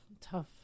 tough